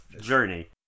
journey